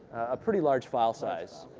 a pretty large file size.